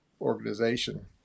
organization